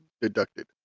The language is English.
deducted